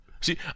See